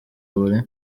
buri